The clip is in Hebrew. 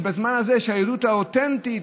ובזמן הזה היהדות האותנטית,